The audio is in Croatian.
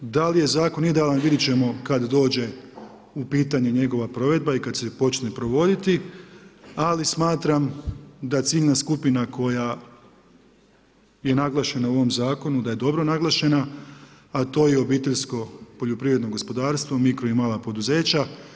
Da li je zakon idealan, vidjeti ćemo kad dođe u pitanje njegova provedba i kad se počne provoditi, ali, smatram da ciljana skupina koja je naglašena u ovom zakonu, da je dobro naglašena, a to je obiteljsko poljoprivredno gospodarstvo, mikro i mala poduzeća.